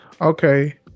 Okay